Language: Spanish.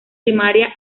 primaria